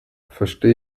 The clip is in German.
verstehe